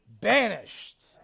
banished